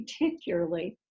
particularly